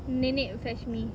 nenek fetch me